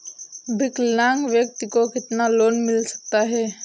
विकलांग व्यक्ति को कितना लोंन मिल सकता है?